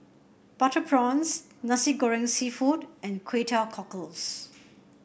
Butter Prawns Nasi Goreng seafood and Kway Teow Cockles